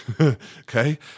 Okay